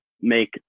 make